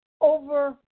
over